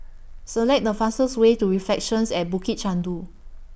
Select The fastest Way to Reflections At Bukit Chandu